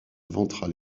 ventrale